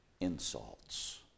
insults